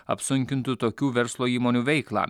apsunkintų tokių verslo įmonių veiklą